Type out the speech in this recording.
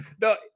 No